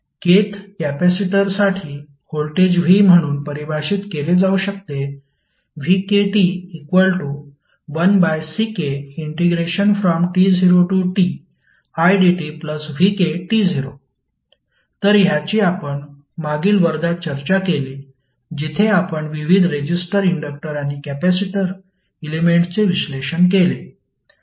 Kth कॅपेसिटरसाठी voltage v म्हणून परिभाषित केले जाऊ शकते vkt1Ckt0tidtvk तर ह्याची आपण मागील वर्गात चर्चा केली जिथे आपण विविध रेजिस्टर इंडक्टर आणि कपॅसिटर एलेमेंट्सचे विश्लेषण केले